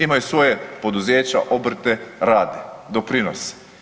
Imaju svoja poduzeća, obrte, rade, doprinose.